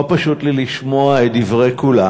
לא פשוט לי לשמוע את דברי כולם.